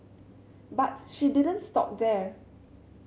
but she didn't stop there